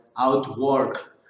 outwork